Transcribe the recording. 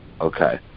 Okay